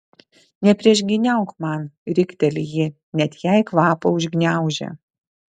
nepriešgyniauk man rikteli ji net jai kvapą užgniaužia